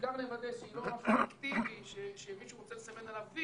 ובעיקר נוודא שהיא לא --- שמישהו רוצה לסמן עליו,